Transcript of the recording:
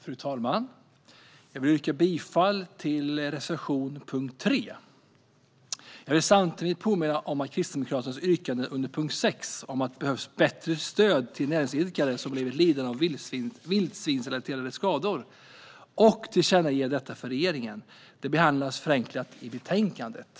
Fru talman! Jag vill yrka bifall till reservation 3 under punkt 3. Jag vill samtidigt påminna om Kristdemokraternas särskilda yttrande under punkt 6 om att det behövs bättre stöd till näringsidkare som blivit lidande av vildsvinsrelaterade skador och att detta bör tillkännages för regeringen. Denna motion behandlas förenklat i betänkandet.